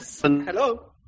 Hello